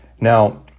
Now